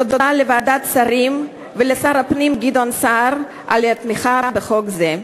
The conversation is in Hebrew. תודה לוועדת השרים ולשר הפנים גדעון סער על התמיכה בחוק זה.